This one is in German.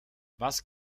was